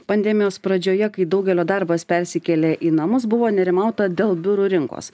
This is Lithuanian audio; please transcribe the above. pandemijos pradžioje kai daugelio darbas persikėlė į namus buvo nerimauta dėl biurų rinkos